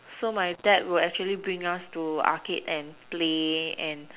so my dad will actually bring us to arcade and play and